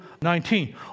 19